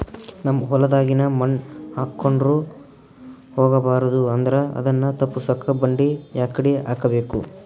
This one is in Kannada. ನಮ್ ಹೊಲದಾಗಿನ ಮಣ್ ಹಾರ್ಕೊಂಡು ಹೋಗಬಾರದು ಅಂದ್ರ ಅದನ್ನ ತಪ್ಪುಸಕ್ಕ ಬಂಡಿ ಯಾಕಡಿ ಹಾಕಬೇಕು?